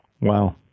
Wow